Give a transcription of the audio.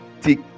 take